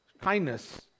kindness